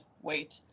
wait